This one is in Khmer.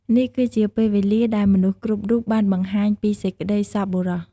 នេះគឺជាពេលវេលាដែលមនុស្សគ្រប់រូបបានបង្ហាញពីសេចក្តីសប្បុរស។